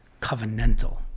covenantal